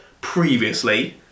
previously